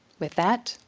with that,